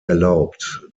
erlaubt